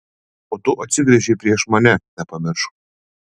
o tu atsigręžei prieš mane nepamiršk